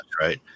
right